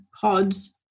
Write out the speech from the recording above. pods